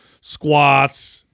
squats